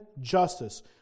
justice